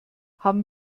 haben